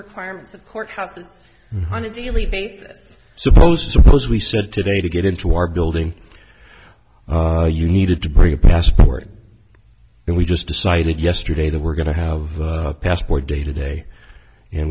requirements of courthouses on a daily basis so opposed suppose we said today to get into our building you needed to bring a passport and we just decided yesterday that we're going to have the passport day today and